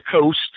coast